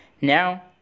Now